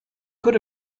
could